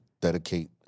dedicate